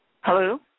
Hello